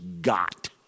got